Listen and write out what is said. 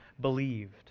believed